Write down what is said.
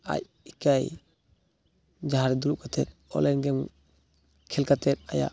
ᱟᱡ ᱮᱠᱟᱭ ᱡᱟᱦᱟᱸᱨᱮ ᱫᱩᱲᱩᱵ ᱠᱟᱛᱮᱫ ᱚᱱᱞᱟᱭᱤᱱ ᱜᱮᱢ ᱠᱷᱮᱞ ᱠᱟᱛᱮᱫ ᱟᱭᱟᱜ